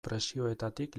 presioetatik